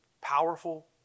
powerful